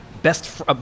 best